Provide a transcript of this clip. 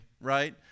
Right